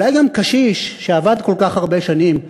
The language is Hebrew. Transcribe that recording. אולי גם קשיש שעבד כל כך הרבה שנים,